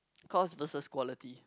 cost versus quality